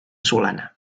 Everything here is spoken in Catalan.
solana